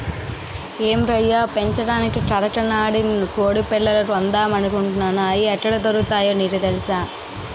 ఏం రయ్యా పెంచడానికి కరకనాడి కొడిపిల్లలు కొందామనుకుంటున్నాను, అయి ఎక్కడ దొరుకుతాయో నీకు తెలుసా?